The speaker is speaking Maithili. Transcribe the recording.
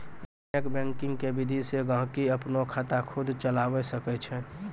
इन्टरनेट बैंकिंग के विधि से गहकि अपनो खाता खुद चलावै सकै छै